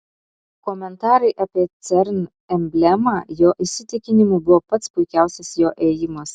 komentarai apie cern emblemą jo įsitikinimu buvo pats puikiausias jo ėjimas